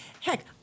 Heck